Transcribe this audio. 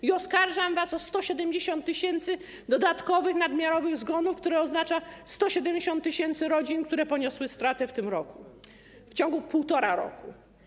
I oskarżam was o 170 tys. dodatkowych, nadmiarowych zgonów, które oznaczają 170 tys. rodzin, które poniosły stratę w tym roku, w ciągu 1,5 roku.